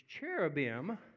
cherubim